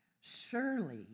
Surely